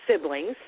siblings